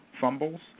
fumbles